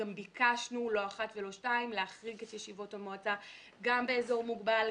גם ביקשנו לא אחת ולא שתיים להחריג את ישיבות המועצה גם באזור מוגבל,